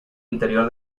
interior